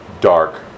dark